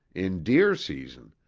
in deer season,